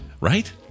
right